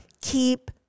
keep